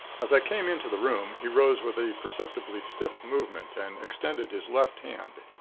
as i came into the room he rose with a perceptibly stiff movement and extended his left hand.